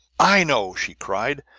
i know! she cried.